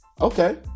okay